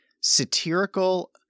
satirical